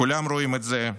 כולם רואים את זה,